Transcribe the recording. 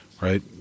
right